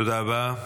תודה רבה.